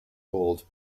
called